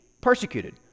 persecuted